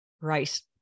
rice